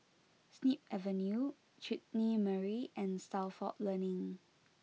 Snip Avenue Chutney Mary and Stalford Learning